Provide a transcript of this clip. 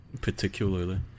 particularly